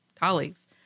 colleagues